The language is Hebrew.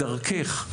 דרכך,